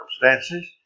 circumstances